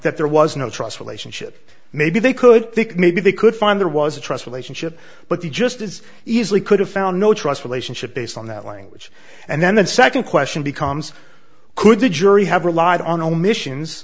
that there was no trust relationship maybe they could think maybe they could find there was a trust relationship but he just as easily could have found no trust relationship based on that language and then the second question becomes could the jury have relied on omissions